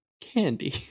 candy